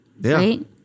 right